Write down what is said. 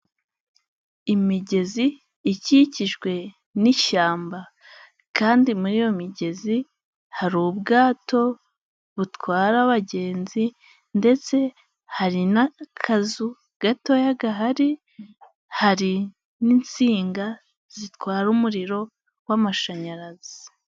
Imigezi ikikijwe n'ishyamba, kandi muri iyo migezi hari ubwato butwara abagenzi ndetse hari n'akazu gato gahari, hari n'insinga zitwara umuriro w'amashanyarazi.